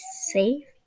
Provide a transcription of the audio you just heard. safe